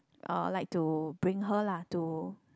I will like to bring her lah to